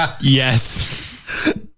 Yes